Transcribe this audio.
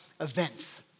events